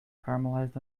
caramelized